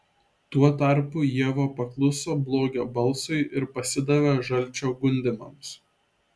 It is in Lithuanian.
tuo tarpu ieva pakluso blogio balsui ir pasidavė žalčio gundymams